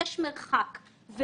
יש מרחק.